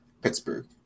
Pittsburgh